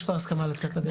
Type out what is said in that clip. יש כבר הסכמה לצאת לדרך.